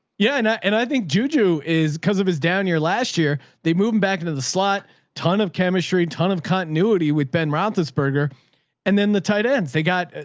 and and i think juju is because of his down year. last year they moved him back into the slot ton of chemistry, ton of continuity with ben roethlisberger and then the tight end they got,